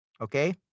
Okay